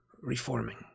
reforming